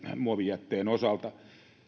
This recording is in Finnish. näkymiä muovijätteen osalta